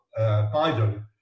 Biden